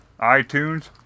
iTunes